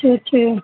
ٹھیک ٹھیک